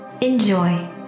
enjoy